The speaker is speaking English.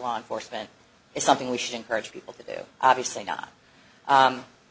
law enforcement is something we should encourage people to do obviously not